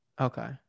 Okay